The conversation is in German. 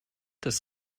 das